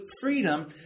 freedom